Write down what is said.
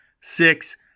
six